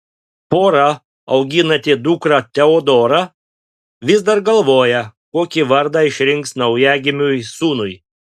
pora auginanti dukrą teodorą vis dar galvoja kokį vardą išrinks naujagimiui sūnui